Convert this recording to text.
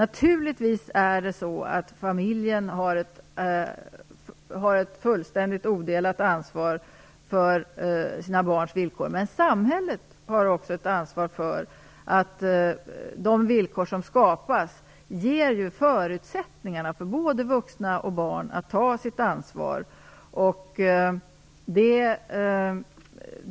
Naturligtvis har familjen ett odelat ansvar för sina barns villkor, men samhället har också ett ansvar för att se till att de villkor som skapas ger förutsättningarna för både vuxna och barn att ta sitt ansvar.